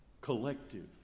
Collective